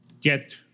get